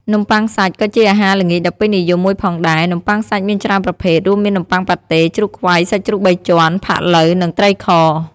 នំបុ័ងសាច់ ក៏ជាអាហារល្ងាចដ៏ពេញនិយមមួយផងដែរ នំបុ័ងសាច់់មានច្រើនប្រភេទ រួមមាននំប័ុងប៉ាតេ ជ្រូកខ្វៃ សាច់ជ្រូកបីជាន់ ផាក់ឡូវ និងត្រីខ។